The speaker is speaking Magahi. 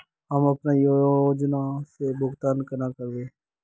हम अपना योजना के भुगतान केना करबे?